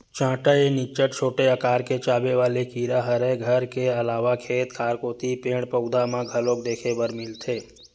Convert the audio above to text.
चाटा ए निच्चट छोटे अकार के चाबे वाले कीरा हरय घर के अलावा खेत खार कोती पेड़, पउधा म घलोक देखे बर मिलथे